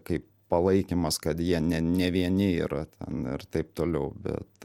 kaip palaikymas kad jie ne ne vieni yra ten ir taip toliau bet